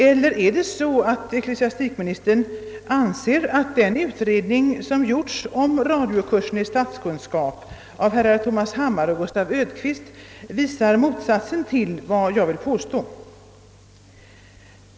Eller anser ecklesiastikministern att den utredning som gjorts om radiokursen i statskunskap av herrar Tomas Hammar och Gustav Ödqvist visar motsatsen till vad jag vill påstå?